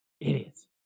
Idiots